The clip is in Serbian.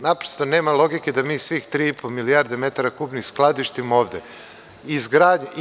Naprosto, nema logike da mi svih tri i po milijarde metara kubnih skladištimo ovde.